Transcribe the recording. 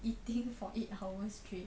eating for eight hours straight